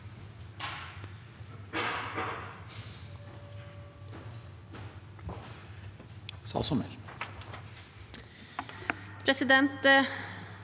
Presidenten